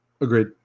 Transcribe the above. Agreed